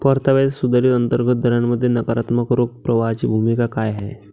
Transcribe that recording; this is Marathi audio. परताव्याच्या सुधारित अंतर्गत दरामध्ये नकारात्मक रोख प्रवाहाची भूमिका काय आहे?